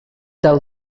del